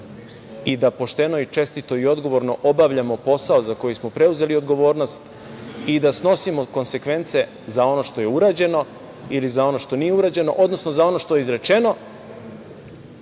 i da pošteno i čestito i odgovorno obavljamo posao za koji smo preuzeli odgovornost i da snosimo konsekvence za ono što je urađeno ili za ono što nije urađeno, odnosno za ono što je izrečeno